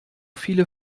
viele